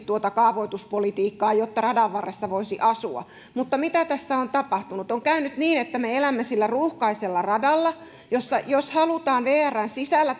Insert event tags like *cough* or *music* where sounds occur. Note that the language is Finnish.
kaavoituspolitiikkaa jotta radan varressa voisi asua mutta mitä tässä on tapahtunut on käynyt niin että me elämme sillä ruuhkaisalla radalla jossa jos halutaan vrn sisällä *unintelligible*